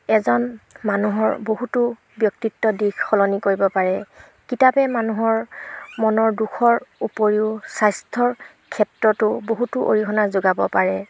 এজন মানুহৰ বহুতো ব্যক্তিত্বৰ দিশ সলনি কৰিব পাৰে কিতাপে মানুহৰ মনৰ দুখৰ উপৰিও স্বাস্থ্যৰ ক্ষেত্ৰতো বহুতো অৰিহণা যোগাব পাৰে